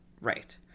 Right